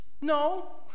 No